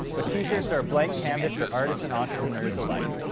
but t-shirts are a blank canvas for artists and entrepreneurs alike.